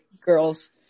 girls